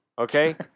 Okay